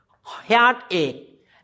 heartache